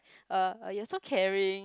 uh you are so caring